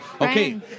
Okay